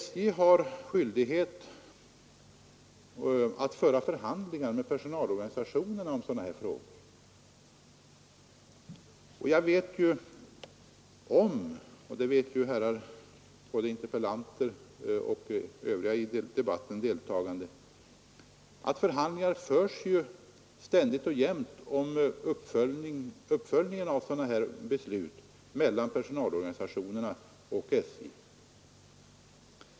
SJ har skyldighet att föra förhandlingar med personalorganisationerna om sådana här frågor. Jag vet — liksom interpellanten och övriga i debatten deltagande — att förhandlingar ständigt förs mellan personalorganisationerna och SJ om uppföljningen av sådana här beslut.